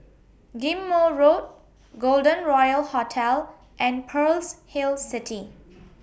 Ghim Moh Road Golden Royal Hotel and Pearl's Hill City